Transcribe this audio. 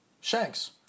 Shanks